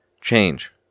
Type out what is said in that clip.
change